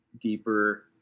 deeper